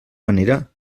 manera